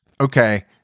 okay